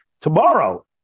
tomorrow